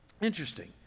Interesting